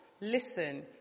Listen